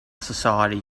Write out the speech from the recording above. society